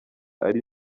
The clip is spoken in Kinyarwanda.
ari